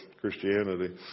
Christianity